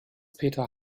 peter